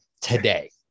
today